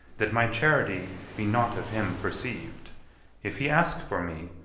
that my charity be not of him perceived if he ask for me,